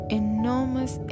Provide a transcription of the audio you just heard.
enormous